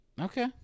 Okay